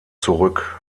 zurück